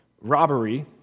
robbery